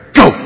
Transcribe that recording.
go